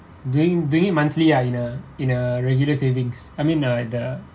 doing doing monthly ah in a in a regular savings I mean uh the